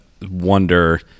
wonder